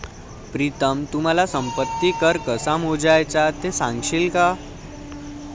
प्रीतम तू मला संपत्ती कर कसा मोजायचा ते सांगशील का?